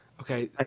Okay